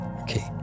Okay